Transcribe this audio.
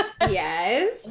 Yes